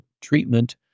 treatment